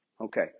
Okay